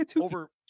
over